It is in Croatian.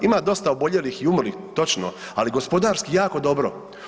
Ima dosta oboljelih i umrlih točno, ali je gospodarski jako dobro.